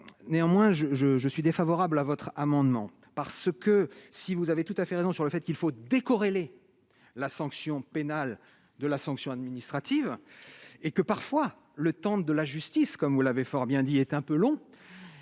néanmoins je je je suis défavorable à votre amendement parce que si vous avez tout à fait raison sur le fait. Il faut décorrélées la sanction pénale de la sanction administrative et que parfois le temps de la justice, comme vous l'avez fort bien dit, est un peu long,